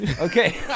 Okay